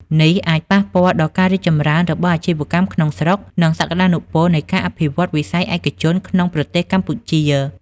នេះអាចប៉ះពាល់ដល់ការរីកចម្រើនរបស់អាជីវកម្មក្នុងស្រុក និងសក្តានុពលនៃការអភិវឌ្ឍន៍វិស័យឯកជនក្នុងប្រទេសកម្ពុជា។